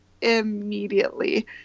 immediately